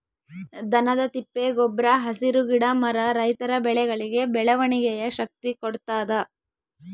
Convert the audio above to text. ದನದ ತಿಪ್ಪೆ ಗೊಬ್ರ ಹಸಿರು ಗಿಡ ಮರ ರೈತರ ಬೆಳೆಗಳಿಗೆ ಬೆಳವಣಿಗೆಯ ಶಕ್ತಿ ಕೊಡ್ತಾದ